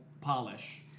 polish